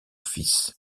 fils